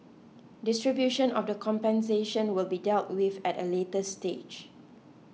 distribution of the compensation will be dealt with at a later stage